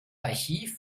archiv